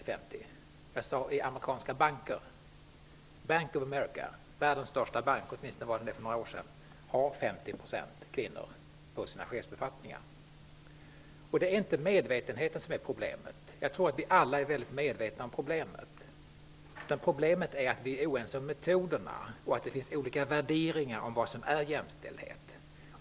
Jag sade att det var i amerikanska banker. Bank of America -- världens största bank, åtminstone för några år sedan -- har 50 % kvinnor på sina chefsbefattningar. Det är inte medvetenheten som är problemet. Jag tror att vi alla är medvetna om problemet. Problemet är att vi är oense om medtoderna och att det finns olika värderingar om vad som är jämställdhet.